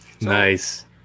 Nice